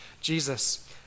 Jesus